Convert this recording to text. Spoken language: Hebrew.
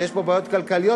יש פה בעיות כלכליות,